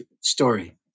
story